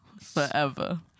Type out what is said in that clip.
forever